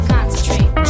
Concentrate